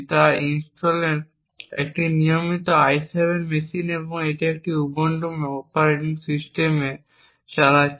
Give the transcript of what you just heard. তা ইন্টেলের একটি নিয়মিত i7 মেশিন এবং এটি একটি উবুন্টু অপারেটিং সিস্টেম চালাচ্ছে